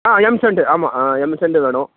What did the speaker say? ஆ M sand ஆமாம் M sand வேணும்